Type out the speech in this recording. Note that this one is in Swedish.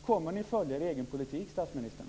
Kommer ni att följa er egen politik, statsministern?